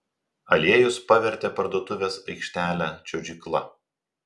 aliejus pavertė parduotuvės aikštelę čiuožykla